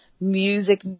music